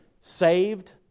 saved